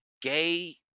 gay